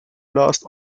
lost